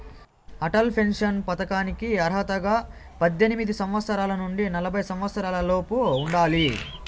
Atal pension పథకానికి అర్హతగా పద్దెనిమిది సంవత్సరాల నుండి నలభై సంవత్సరాలలోపు ఉండాలి